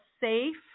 safe